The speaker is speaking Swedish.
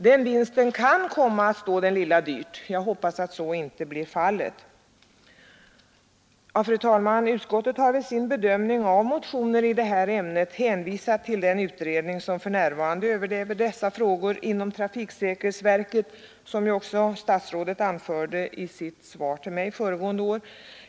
Den vinsten kan komma att stå den lille dyrt. Jag hoppas att så inte blir fallet. Fru talman! Utskottet har vid sin bedömning av motioner i detta ämne hänvisat till den utredning som för närvarande överväger dessa frågor inom trafiksäkerhetsverket, vilket också statsrådet gjorde i sitt svar till mig förra året.